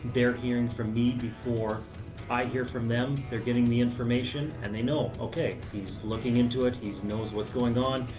they're hearing from me before i hear from them. they're getting the information and they know, okay, he's looking into it, he's knows what's going on.